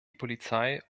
polizei